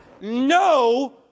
No